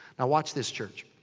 now watch this, church.